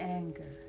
anger